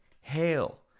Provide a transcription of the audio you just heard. Hail